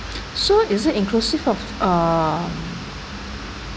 so is it inclusive of uh